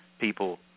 people